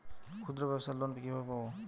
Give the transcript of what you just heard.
ক্ষুদ্রব্যাবসার লোন কিভাবে পাব?